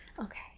Okay